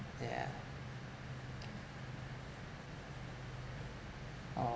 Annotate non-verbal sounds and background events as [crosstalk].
yeah [noise] oh